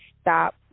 Stop